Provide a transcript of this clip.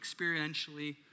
experientially